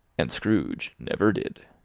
and scrooge never did.